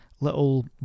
little